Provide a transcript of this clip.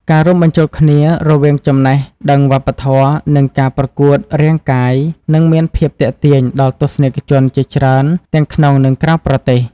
ការរួមបញ្ចូលគ្នា រវាងចំណេះដឹងវប្បធម៌ និងការប្រកួតរាងកាយនឹងមានភាពទាក់ទាញដល់ទស្សនិកជនជាច្រើនទាំងក្នុង និង ក្រៅប្រទេស។